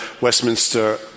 Westminster